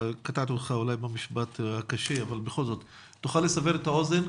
תוכל לסבר את האוזן,